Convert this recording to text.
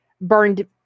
burned